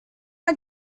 our